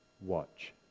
watch